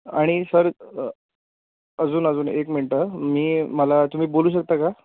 आणि सर अजून अजून एक मिनटं मी मला तुम्ही बोलू शकता का